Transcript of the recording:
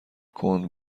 کند